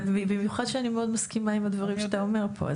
במיוחד שאני מאוד מסכימה עם הדברים שאתה אומר פה,